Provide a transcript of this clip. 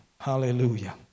hallelujah